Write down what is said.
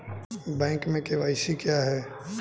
Bank में KYC क्या है?